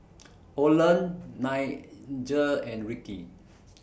Oland Nigel and Ricky